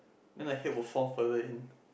then the head will fall further in